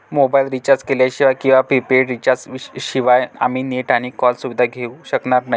mobile recharge केल्याशिवाय किंवा prepaid recharge शिवाय आम्ही नेट आणि कॉल सुविधा घेऊ शकणार नाही